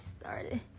started